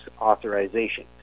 authorization